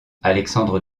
alexandre